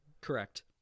Correct